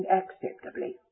acceptably